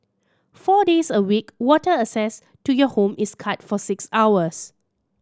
four days a week water access to your home is cut for six hours